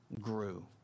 grew